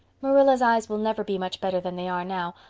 marilla's eyes will never be much better than they are now,